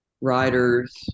writers